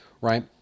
right